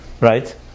right